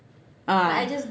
ah